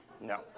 No